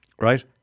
right